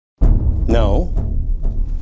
No